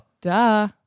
Duh